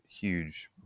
huge